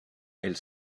elles